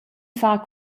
far